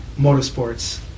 Motorsports